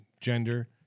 gender